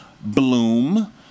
Bloom